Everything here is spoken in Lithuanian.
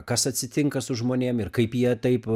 kas atsitinka su žmonėm ir kaip jie taip